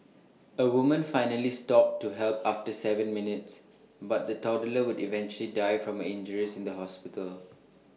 A woman finally stopped to help after Seven minutes but the toddler would eventually die from injuries in the hospital